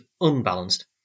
unbalanced